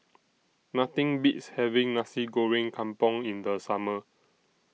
Nothing Beats having Nasi Goreng Kampung in The Summer